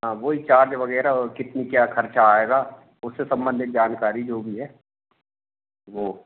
हाँ वो ही चार्ज वगैरह और कितनी क्या खर्चा आएगा उससे संबंधित जानकारी जो भी है वो